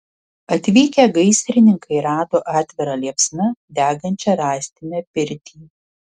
atvykę gaisrininkai rado atvira liepsna degančią rąstinę pirtį